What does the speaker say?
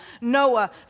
Noah